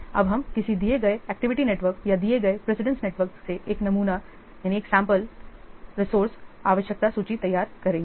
अब हम किसी दिए गए एक्टिविटीनेटवर्क या दिए गए प्रेसिडेंस नेटवर्क से एक सैंपल रिसोर्से आवश्यकता सूची तैयार करेंगे